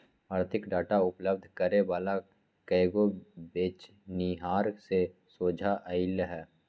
आर्थिक डाटा उपलब्ध करे वला कएगो बेचनिहार से सोझा अलई ह